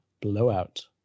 Blowout